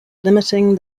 limiting